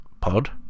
pod